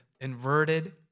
inverted